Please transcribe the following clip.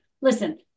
listen